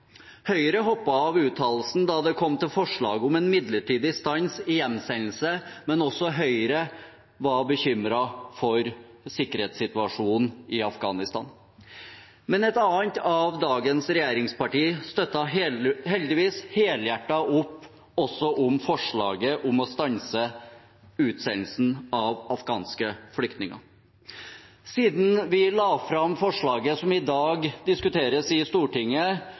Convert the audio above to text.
Høyre hoppet av uttalelsen da det kom til forslaget om en midlertidig stans i hjemsendelse, men også Høyre var bekymret for sikkerhetssituasjonen i Afghanistan. Men et annet av dagens regjeringspartier støttet heldigvis helhjertet opp også om forslaget om å stanse utsendelsen av afghanske flyktninger. Siden vi la fram forslaget som i dag diskuteres i Stortinget